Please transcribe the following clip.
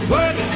Work